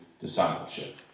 discipleship